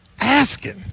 asking